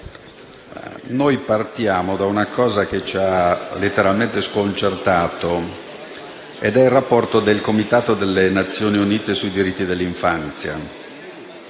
noi partiamo da un qualcosa che ci ha letteralmente sconcertato. Mi riferisco al rapporto del Comitato delle Nazioni Unite sui diritti dell'infanzia.